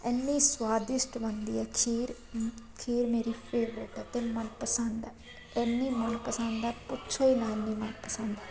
ਐਨੀ ਸਵਾਦਿਸ਼ਟ ਬਣਦੀ ਹੈ ਖੀਰ ਖੀਰ ਮੇਰੀ ਫੇਵਰਟ ਹੈ ਅਤੇ ਮਨਪਸੰਦ ਹੈ ਇੰਨੀ ਮਨਪਸੰਦ ਹੈ ਪੁੱਛੋ ਹੀ ਨਾ ਇੰਨੀ ਮਨਪਸੰਦ ਹੈ